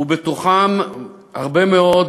ובהם הרבה מאוד